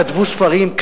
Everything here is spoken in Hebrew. כתבו ספרים,